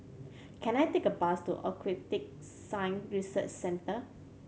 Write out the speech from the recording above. can I take a bus to Aquatic Science Research Centre